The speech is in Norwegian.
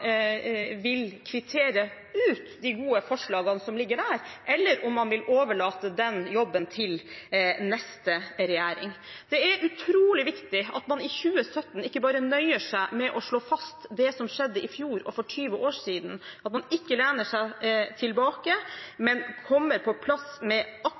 vil kvittere ut de gode forslagene som ligger der, eller om man vil overlate den jobben til neste regjering. Det er utrolig viktig at man i 2017 ikke bare nøyer seg med å slå fast det som skjedde i fjor og for 20 år siden, at man ikke lener seg tilbake, men kommer på plass med